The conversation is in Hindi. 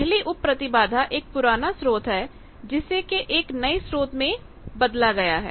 पहली उप प्रतिबाधा एक पुराना स्रोत है जिसे के एक नए स्रोत से बदला गया है